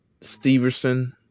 Steverson